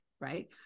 right